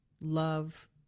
love